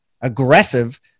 aggressive